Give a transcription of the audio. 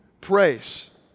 praise